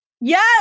Yes